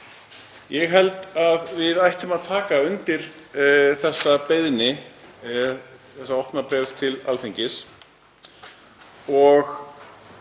Ég held að við ættum að taka undir þessa beiðni í þessu opna bréfi til Alþingis,